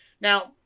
Now